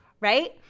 Right